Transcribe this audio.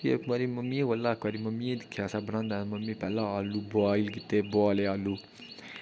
फिर इक बारी मम्मी कोला इक बारी मम्मियै गी दिक्खेआ बनांदे मम्मी पैह्ले आलू बुआयल कीते बुआले आलू